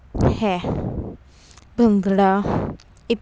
ਹੈ ਭੰਗੜਾ ਇੱਕ